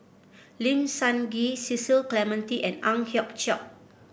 Lim Sun Gee Cecil Clementi and Ang Hiong Chiok